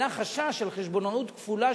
עלה חשש של חשבונאות כפולה,